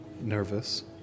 Nervous